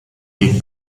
gegen